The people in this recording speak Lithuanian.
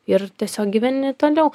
ir tiesiog gyveni toliau